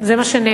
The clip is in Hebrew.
זה מה שנאמר.